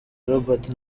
roberto